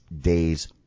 Days